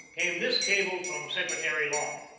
came this cable from secretary long